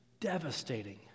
devastating